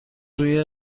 روی